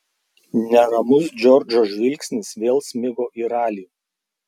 neramus džordžo žvilgsnis vėl smigo į ralį